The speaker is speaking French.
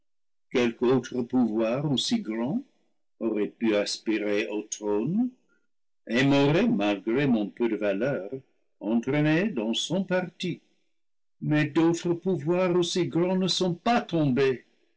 pouvoir aussi grand aurait pu aspirer au trône et m'aurait malgré mon peu de valeur entraîné dans son parti mais d'au tres pouvoirs aussi grands ne sont pas tombés